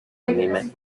anime